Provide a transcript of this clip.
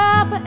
up